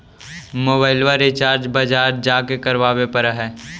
मोबाइलवा रिचार्ज बजार जा के करावे पर है?